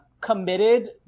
committed